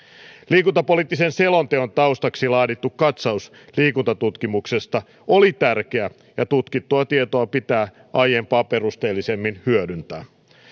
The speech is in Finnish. liikuntapoliittisen selonteon taustaksi laadittu katsaus liikuntatutkimuksesta oli tärkeä ja tutkittua tietoa pitää aiempaa perusteellisemmin hyödyntää